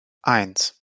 eins